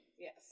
Yes